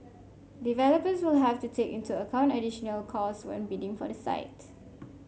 developers will have to take into account additional costs when bidding for the site